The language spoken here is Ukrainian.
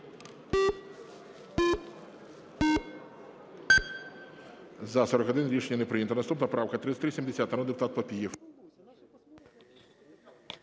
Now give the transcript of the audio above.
За-41 Рішення не прийнято. Наступна правка 3370, народний депутат Папієв.